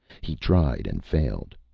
he tried and failed.